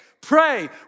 pray